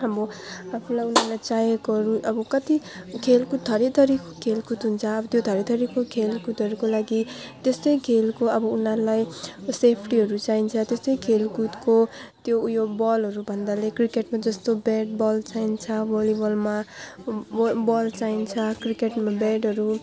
अब आफूलाई उनीहरूलाई चाहिएकोहरू अब कति खेलकुद थरिथरिको खेलकुद हुन्छ अब त्यो थरिथरिको खेलकुदहरूको लागि त्यस्तै खेलको अब उनीहरूलाई सेफ्टीहरू चाहिन्छ त्यस्तै खेलकुदको त्यो उ यो बलहरू भन्दाले क्रिकेटमा जस्तो ब्याट बल चाहिन्छ भलिबलमा ब बल चाहिन्छ क्रिकेटमा ब्याटहरू